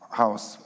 house